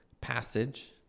passage